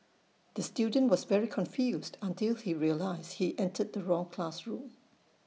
the student was very confused until he realised he entered the wrong classroom